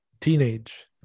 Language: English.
teenage